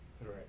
Right